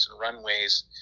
runways